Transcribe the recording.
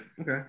okay